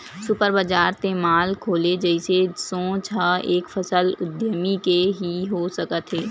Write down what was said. super बजार ते mall खोले जइसे सोच ह एक सफल उद्यमी के ही हो सकत हे